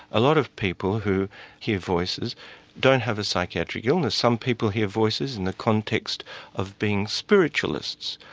a lot of people who hear voices don't have a psychiatric illness, some people hear voices in the context of being spiritualist,